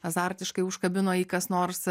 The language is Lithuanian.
azartiškai užkabino jį kas nors